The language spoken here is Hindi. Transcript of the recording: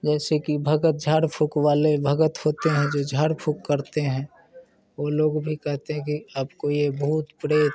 जैसे कि भगत झाड़ फूँक वाले भगत होते हैं जो झाड़ फूँक करते हैं वो लोग भी कहते हैं कि आपको ये भूत प्रेत